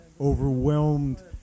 overwhelmed